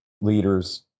leaders